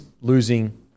losing